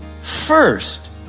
first